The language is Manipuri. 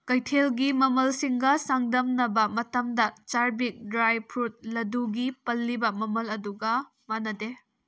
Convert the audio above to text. ꯀꯩꯊꯦꯜꯒꯤ ꯃꯃꯜꯁꯤꯡꯒ ꯆꯥꯡꯗꯝꯅꯕ ꯃꯇꯝꯗ ꯆꯥꯔꯚꯤꯛ ꯗ꯭ꯔꯥꯏ ꯐ꯭ꯔꯨꯠ ꯂꯗꯨꯒꯤ ꯄꯜꯂꯤꯕ ꯃꯃꯜ ꯑꯗꯨꯒ ꯃꯥꯟꯅꯗꯦ